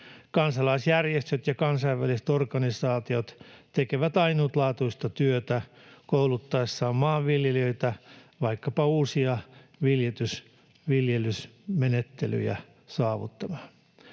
Kansalaisjärjestöt ja kansainväliset organisaatiot tekevät ainutlaatuista työtä kouluttaessaan maanviljelijöitä vaikkapa uusia viljelysmenettelyjä saavuttamaan.